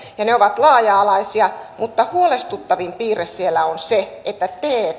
ja ne ovat laaja alaisia mutta huolestuttavin piirre siellä on se että